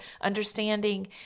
understanding